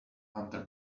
under